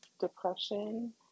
depression